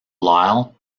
lyle